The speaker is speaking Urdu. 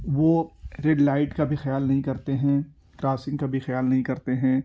وہ ریڈ لائٹ کا بھی خیال نہیں کرتے ہیں کراسنگ کا بھی خیال نہیں کرتے ہیں